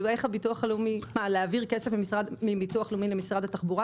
להעביר כסף ממשרד הפנים לביטוח לאומי,